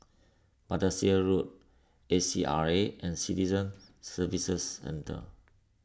Battersea Road A C R A and Citizen Services Centre